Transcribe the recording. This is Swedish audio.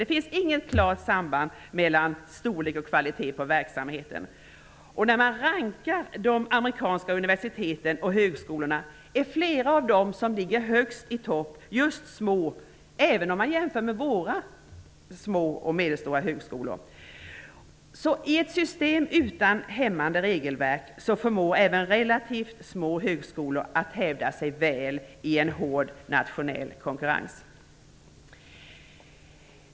Det finns inget klart samband mellan storlek och kvalitet på verksamheten. När man rankar de amerikanska universiteten och högskolorna är flera av dem som ligger högst i topp just små -- även om man jämför med våra små och medelstora högskolor. I ett system utan hämmande regelverk förmår även relativt små högskolor att hävda sig väl i en hård nationell konkurrens.